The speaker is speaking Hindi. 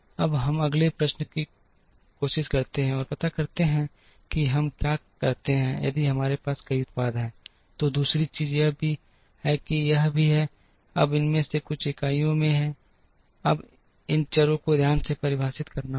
अब हम अगले प्रश्न की कोशिश करते हैं और पता करते हैं हम क्या करते हैं यदि हमारे पास कई उत्पाद हैं तो दूसरी चीज यह भी है कि यह भी है अब इनमें से कुछ इकाइयों में हैं अब हमें इन चरों को ध्यान से परिभाषित करना होगा